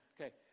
Okay